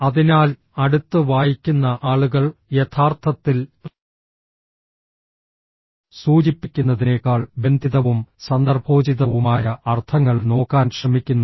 അതിനാൽ അടുത്ത് വായിക്കുന്ന ആളുകൾ യഥാർത്ഥത്തിൽ സൂചിപ്പിക്കുന്നതിനേക്കാൾ ബന്ധിതവും സന്ദർഭോചിതവുമായ അർത്ഥങ്ങൾ നോക്കാൻ ശ്രമിക്കുന്നു